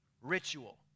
ritual